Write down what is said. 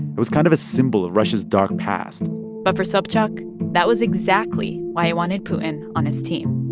it was kind of a symbol of russia's dark past but for sobchak, that was exactly why he wanted putin on his team